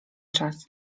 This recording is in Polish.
czas